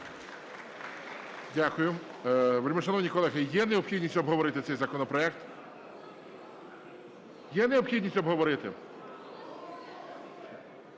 Дякую. Вельмишановні колеги, є необхідність обговорити цей законопроект? Є необхідність обговорити?